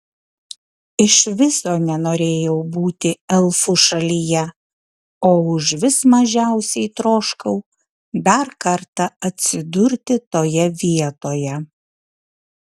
iš viso nenorėjau būti elfų šalyje o užvis mažiausiai troškau dar kartą atsidurti toje vietoje